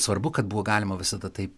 svarbu kad buvo galima visada taip